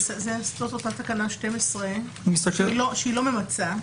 זאת אותה תקנה 12, שהיא לא ממצה.